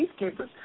peacekeepers